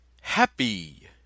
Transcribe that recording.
happy